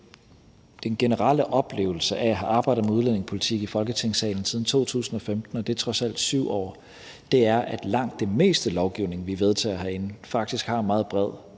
den generelle oplevelse, jeg har efter at have arbejdet med udlændingepolitik i Folketingssalen siden 2015 – og det er trods alt 7 år – er, at langt det meste lovgivning, vi vedtager herinde, faktisk har en meget bred